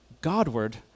Godward